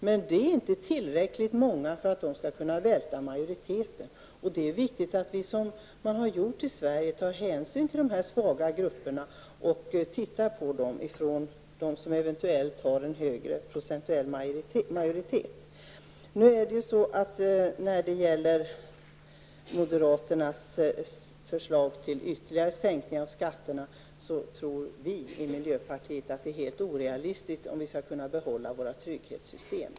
Men de är inte tillräckligt många för att de skall kunna välta majoriteten. Det är viktigt att, som man har gjort i Sverige, ta hänsyn till dessa svaga grupper från deras sida som eventuellt har en högre procentuell majoritet. När det gäller moderaternas förslag till ytterligare sänkning av skatterna tror vi i miljöpartiet att det är helt orealistiskt om vi skall kunna behålla våra trygghetssystem.